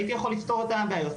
הייתי יכול לפתור את הבעיות.